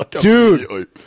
Dude